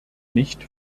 nicht